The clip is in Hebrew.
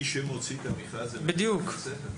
מי שמוציא את המכרז זה בית הספר.